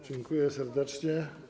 Dziękuję serdecznie.